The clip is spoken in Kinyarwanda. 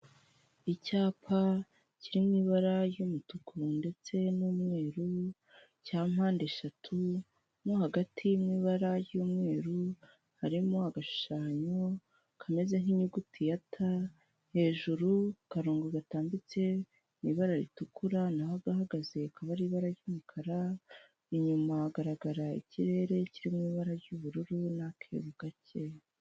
Icyapa kiririmo ibara ry'umutuku ndetse n'umweruru, cya mpande eshatu mo hagati mu ibara ry'umweru harimo agashushanyo kameze nk'inyuguti ya ta, hejuru akarongo gatambitse mu ibara ritukura naho agahagaze kaba ari ibara ry'umukara, inyuma hagaragara ikirere kirimo ibara ry'ubururu n'akeru gake.